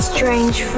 Strange